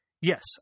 Yes